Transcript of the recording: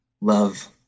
love